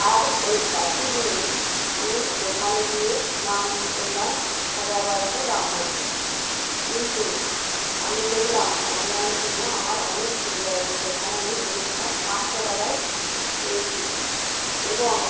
আর ওই একই জিনিস আমি দোকানে গিয়ে দাম করলাম হাজার বারোশো দাম বললো কিন্তু আমি দেখলাম অনলাইনে কিনে আমার অনেক সুবিধা হয়েছে সেখানে আমি জিনিসটা পাঁচশো টাকায় পেয়েছি এবং